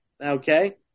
Okay